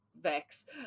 Vex